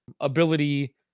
ability